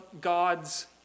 God's